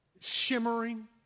shimmering